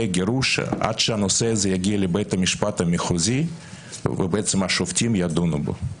הגירוש עד שהנושא הזה יגיע לבית המשפט המחוזי והשופטים ידונו בו.